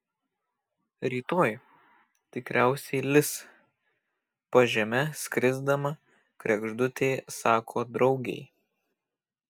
rytoj tikriausiai lis pažeme skrisdama kregždutė sako draugei